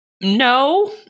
no